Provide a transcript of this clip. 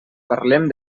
parlem